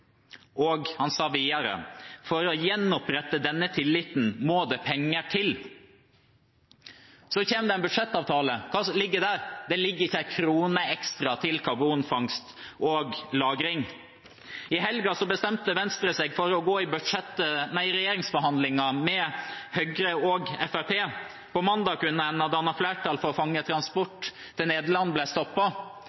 Han sa videre at for å gjenopprette denne tilliten må det penger til. Så kommer det en budsjettavtale. Hva ligger der? Det ligger ikke én krone ekstra til karbonfangst og -lagring. I helgen bestemte Venstre seg for å gå i regjeringsforhandlinger med Høyre og Fremskrittspartiet. På mandag kunne en ha dannet flertall for